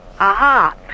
Aha